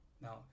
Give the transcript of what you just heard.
Now